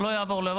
לא יעבור לא יעבור,